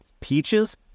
Peaches